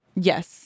Yes